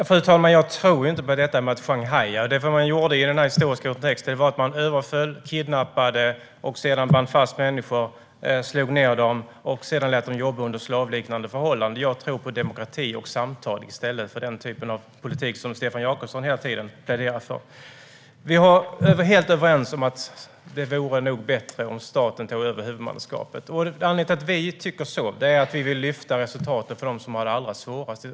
Fru talman! Jag tror ju inte på detta med att sjanghaja. Det man gjorde i den historiska kontexten var att överfalla, kidnappa, binda fast och slå ned människor för att sedan låta dem jobba under slavliknande förhållanden. Jag tror på demokrati och samtal i stället för den typ av politik Stefan Jakobsson hela tiden pläderar för. Vi är helt överens om att det nog vore bättre om staten tog över huvudmannaskapet. Anledningen till att vi tycker det är att vi vill lyfta resultatet för dem som har det allra svårast.